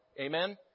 Amen